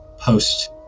post